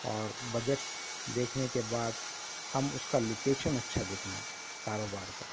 اور بجٹس دیکھنے کے بعد ہم اس کا لوکیشن اچھا دیکھنا ہے کاروبار کا